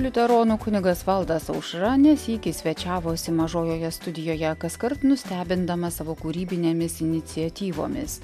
liuteronų kunigas valdas aušra ne sykį svečiavosi mažojoje studijoje kaskart nustebindamas savo kūrybinėmis iniciatyvomis